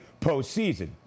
postseason